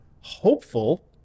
hopeful